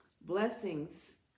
Blessings